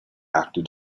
after